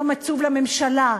יום עצוב לממשלה,